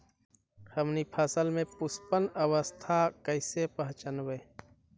हमनी फसल में पुष्पन अवस्था कईसे पहचनबई?